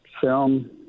film